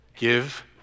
Give